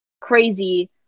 crazy